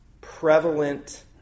prevalent